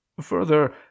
further